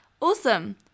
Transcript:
awesome